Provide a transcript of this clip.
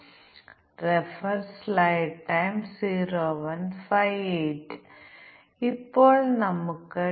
പ്രത്യേക മൂല്യ പരിശോധനയിൽ എന്താണ് ഉൾപ്പെട്ടിരിക്കുന്നതെന്ന് നമുക്ക് നോക്കാം